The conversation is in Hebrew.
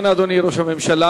כן, אדוני ראש הממשלה.